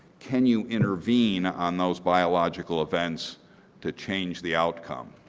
can you intervene on those biological events to change the outcome?